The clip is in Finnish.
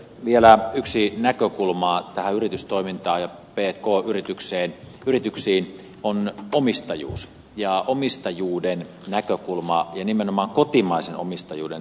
vielä yksi näkökulma tähän yritystoimintaan ja pk yrityksiin on omistajuus ja omistajuuden näkökulma ja nimenomaan kotimaisen omistajuuden näkökulma